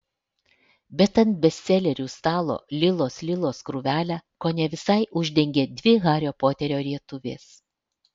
bet ant bestselerių stalo lilos lilos krūvelę kone visai uždengė dvi hario poterio rietuvės